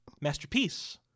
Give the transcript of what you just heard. masterpiece